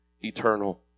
eternal